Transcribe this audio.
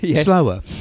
slower